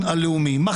אבל עקרון חירות העם,